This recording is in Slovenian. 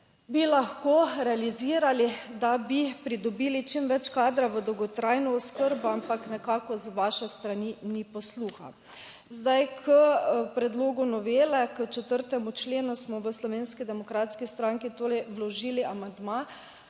bi lahko realizirali, da bi pridobili čim več kadra v dolgotrajno oskrbo, ampak nekako z vaše strani ni posluha. Zdaj k predlogu novele, k 4. členu smo v Slovenski demokratski stranki torej vložili amandma,